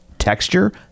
Texture